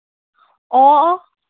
ꯑꯣ ꯑꯣ